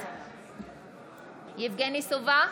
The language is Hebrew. יבגני סובה,